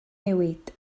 newid